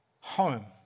home